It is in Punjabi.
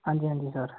ਹਾਂਜੀ ਹਾਂਜੀ ਸਰ